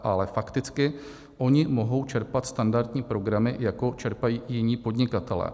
Ale fakticky oni mohou čerpat standardní programy, jako čerpají jiní podnikatelé.